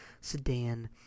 sedan